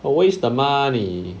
always the money